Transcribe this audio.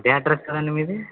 అదే అడ్రస్ కదండీ మీది